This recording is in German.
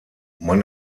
man